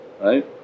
right